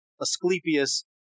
Asclepius